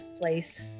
place